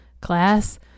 class